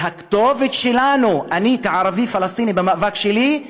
הכתובת שלנו, אני, כערבי-פלסטיני במאבק שלי,